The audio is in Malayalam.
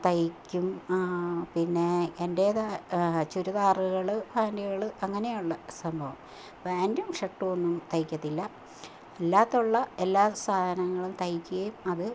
തയ്ക്കും പിന്നെ എന്റേതായ ചുരിദാറുകൾ പാന്റുകൾ അങ്ങനെയുള്ള സംഭവം പാന്റും ഷര്ട്ടും ഒന്നും തയ്ക്കത്തില്ല അല്ലാത്തുള്ള എല്ലാ സാധനങ്ങളും തയ്ക്കുകയും അത്